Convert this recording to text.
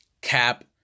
Cap